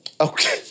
Okay